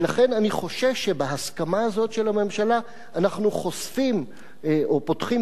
ולכן אני חושש שבהסכמה הזאת של הממשלה אנחנו חושפים או פותחים